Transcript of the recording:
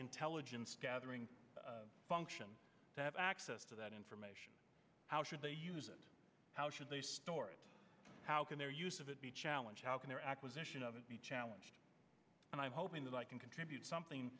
intelligence gathering function to have access to that information how should they use it how should they store it how can their use of it be challenge how can their acquisition of it be challenged and i'm hoping that i can contribute something